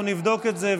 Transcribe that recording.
אנחנו נבדוק את זה,